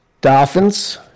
Dolphins